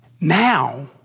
Now